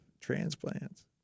transplants